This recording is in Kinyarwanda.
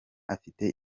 afite